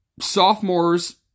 sophomores